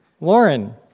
Lauren